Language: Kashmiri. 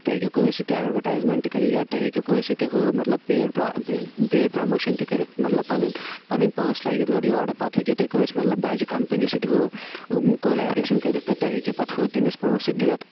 تُہۍ ہیٚکِو کٲنٛسہِ سۭتۍ تہِ اٮ۪ڈوَٹایزمَنٛٹ کٔرِتھ یا تُہۍ ہیٚکِو کٲنٛسہِ سۭتۍ تہِ ہُہ مطلب پیڑ پرٛا پیڑ پرٛیموشَن تہِ کٔرِتھ مطلب پَنٕنۍ پَنٕنۍ پٲنٛس لٲگِتھ گۄڈٕ یورٕ پَتہٕ ہیٚکِو تُہۍ کٲنٛسہِ مطلب بجہِ کَمپنی سۭتۍ ہُہ کولیبریشَن کٔرِتھ تہٕ تُہۍ ہیٚکِو پَتہٕ ہُہ تٔمِس پۄنٛسہٕ دِتھ